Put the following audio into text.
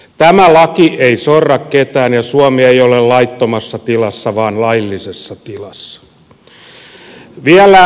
tämä laki ei sorra ketään ja suomi ei ole laittomassa tilassa vaan laillisessa tilassa